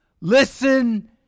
Listen